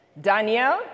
Daniel